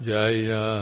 Jaya